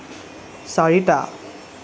চাৰিটা